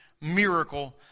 miracle